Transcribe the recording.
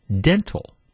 dental